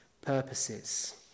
purposes